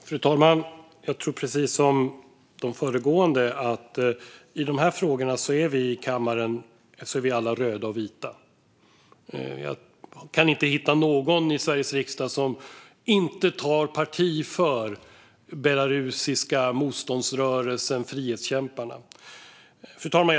Fru talman! Jag tror precis som de föregående att vi alla i denna kammare är röda och vita i dessa frågor. Jag kan inte hitta någon i Sveriges riksdag som inte tar parti för den belarusiska motståndsrörelsens frihetskämpar. Fru talman!